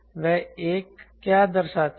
वह 1 क्या दर्शाता है